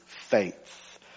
faith